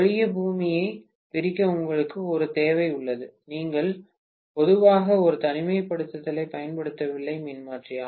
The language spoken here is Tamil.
ஒழிய பூமியைப் பிரிக்க உங்களுக்கு ஒரு தேவை உள்ளது நீங்கள் பொதுவாக ஒரு தனிமைப்படுத்தலைப் பயன்படுத்துவதில்லை மின்மாற்றி